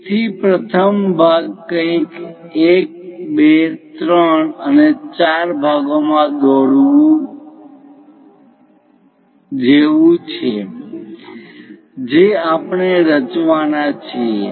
તેથી પ્રથમ ભાગ કંઈક 1 2 3 અને 4 ભાગો મા દોરવા જેવું છે જે આપણે રચવાના છીએ